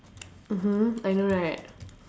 mmhmm I know right